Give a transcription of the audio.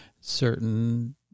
Certain